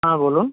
হ্যাঁ বলুন